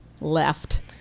left